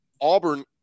Auburn